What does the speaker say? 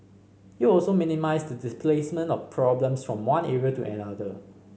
it will also minimise the displacement of problems from one area to another